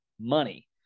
money